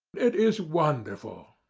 it is wonderful!